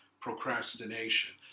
procrastination